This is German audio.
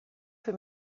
für